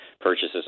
Purchases